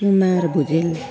Kumar Bhujel